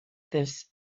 this